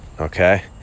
okay